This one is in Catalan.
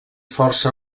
força